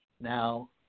Now